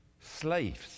slaves